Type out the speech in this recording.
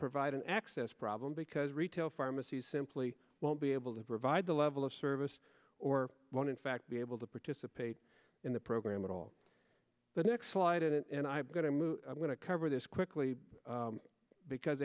provide an access problem because retail pharmacies simply won't be able to provide the level of service or one in fact be able to participate in the program at all the next slide and i've got to move i'm going to cover this quickly because